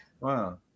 Wow